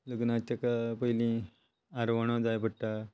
लग्नाच्या पयलीं आरवणो जाय पडटा